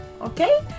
okay